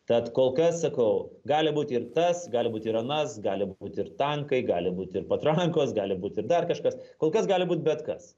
tad kol kas sakau gali būti ir tas gali būti ir anas gali būti ir tankai gali būti ir patrankos gali būti ir dar kažkas kol kas gali būt bet kas